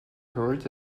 heard